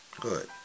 Good